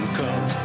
come